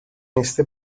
este